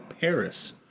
Paris